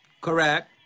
Correct